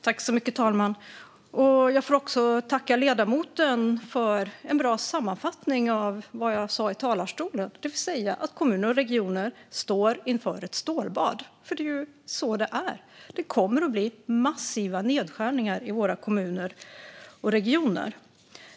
Fru talman! Jag får tacka ledamoten för en bra sammanfattning av vad jag sa i talarstolen, det vill säga att kommuner och regioner står inför ett stålbad. Det är nämligen så det är. Det kommer att bli massiva nedskärningar i våra kommuner och regioner.